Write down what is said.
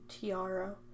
tiara